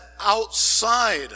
outside